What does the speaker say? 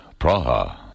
Praha